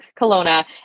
Kelowna